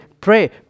pray